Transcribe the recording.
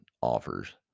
offers